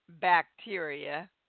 bacteria